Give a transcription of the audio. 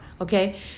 okay